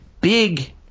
big